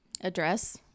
Address